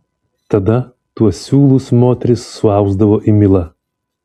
tada tuos siūlus moterys suausdavo į milą